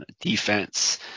defense